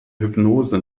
hypnose